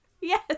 Yes